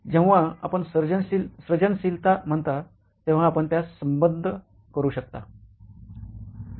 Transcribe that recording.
जेव्हा आपण सृजनशीलता म्हणता तेव्हा आपण त्यास संबद्ध करू शकता